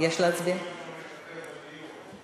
לא מיוצגים בוועדת העבודה והרווחה ואנחנו לא יכולים להשתתף בדיון,